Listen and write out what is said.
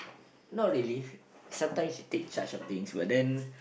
not really sometimes she take charge of things but then